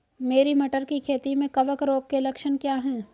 मेरी मटर की खेती में कवक रोग के लक्षण क्या हैं?